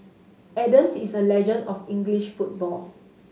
Adams is a legend of English football